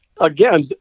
again